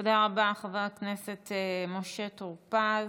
תודה רבה, חבר הכנסת משה טור פז.